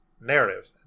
narrative